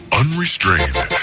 unrestrained